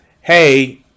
hey